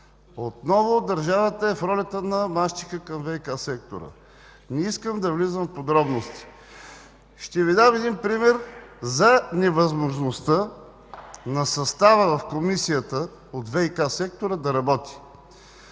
Отново държавата е в ролята на мащеха към ВиК сектора. Не искам да влизам в подробности. Ще Ви дам един пример за невъзможността на състава в Комисията от ВиК сектора да работи